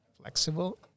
flexible